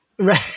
Right